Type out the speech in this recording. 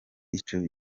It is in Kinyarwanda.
ico